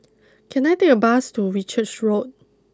can I take a bus to Whitchurch Road